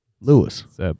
Lewis